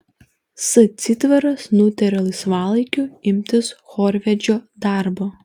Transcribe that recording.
s citvaras nutarė laisvalaikiu imtis chorvedžio darbo